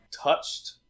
touched